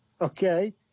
Okay